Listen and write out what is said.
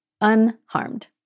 unharmed